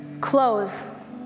close